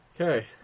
Okay